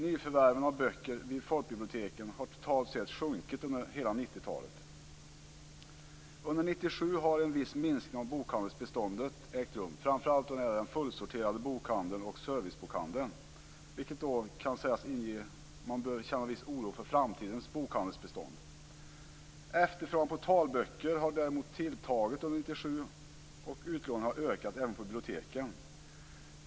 Nyförvärven av böcker vid folkbiblioteken har totalt sett sjunkit under hela Under 1997 har en viss minskning av bokhandelsbeståndet ägt rum, framför allt när det gäller den fullsorterade bokhandeln och servicebokhandeln, vilket kan sägas inge viss oro för framtidens bokhandelsbistånd. Efterfrågan på talböcker har däremot tilltagit under 1997, och utlåningen har ökat även på biblioteken.